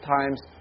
times